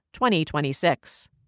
2026